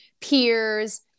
peers